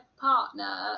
partner